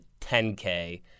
10K